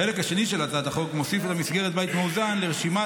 החלק השני של הצעת החוק מוסיף את המסגרת בית מאזן לרשימת